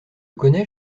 connais